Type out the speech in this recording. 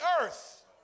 earth